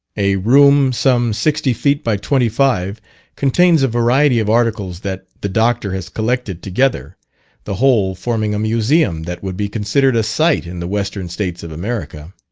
a room some sixty feet by twenty five contains a variety of articles that the dr. has collected together the whole forming a museum that would be considered a sight in the western states of america.